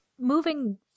Moving